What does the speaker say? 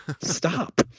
Stop